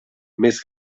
més